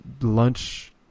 lunch